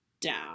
Down